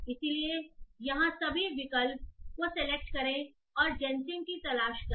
इसलिए यहां सभी विकल्प को सेलेक्ट करें और जैनसिम की तलाश करें